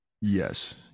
yes